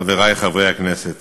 חברי חברי הכנסת,